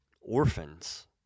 orphans